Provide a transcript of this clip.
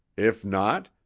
if not,